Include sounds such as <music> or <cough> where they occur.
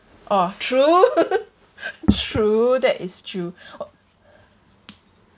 oh true <laughs> true that is true